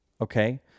okay